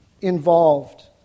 involved